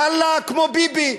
כמו ביבי,